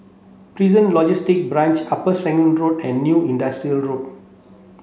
Prison Logistic Branch Upper Serangoon Road and New Industrial Road